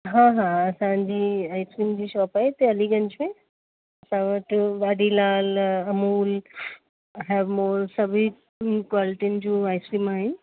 हा हा असांजी आइस्क्रीम जी शोप आए हिते अलीगंज में असां वटि वाडीलाल अमूल हेवमोर सभई क्वालिटिन जूं आइस्क्रीम आहिनि